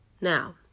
Now